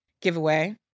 giveaway